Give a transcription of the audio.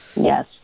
Yes